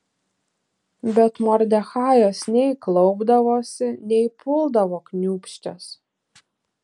bet mordechajas nei klaupdavosi nei puldavo kniūbsčias